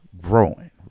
growing